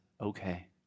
okay